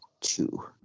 two